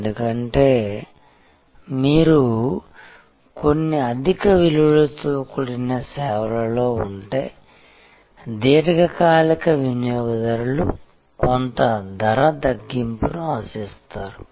ఎందుకంటే మీరు కొన్ని అధిక విలువలతో కూడిన సేవలలో ఉంటే దీర్ఘకాలిక వినియోగదారులు కొంత ధర తగ్గింపును ఆశిస్తారు